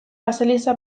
baseliza